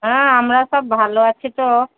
হ্যাঁ আমরা সব ভালো আছি তো